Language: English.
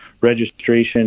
registration